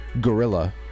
Gorilla